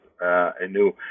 anew